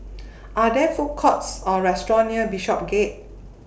Are There Food Courts Or restaurants near Bishopsgate